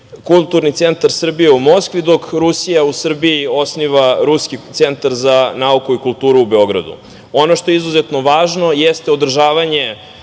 Kulturni centar Srbije u Moskvi, dok Rusija u Srbiji osniva Ruski centar za nauku i kulturu u Beogradu. Ono što je izuzetno važno, jeste održavanje